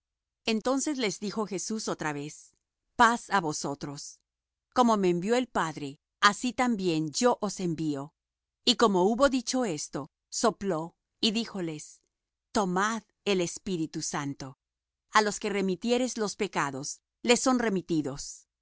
entonces les dijo jesús otra vez paz á vosotros como me envió el padre así también yo os envío y como hubo dicho esto sopló y díjoles tomad el espíritu santo a los que remitiereis los pecados les son remitidos